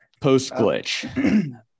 Post-glitch